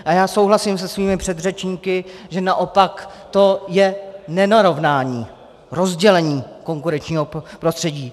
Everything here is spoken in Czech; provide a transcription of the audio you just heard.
A já souhlasím se svými předřečníky, že naopak to je nenarovnání, rozdělení konkurenčního prostředí.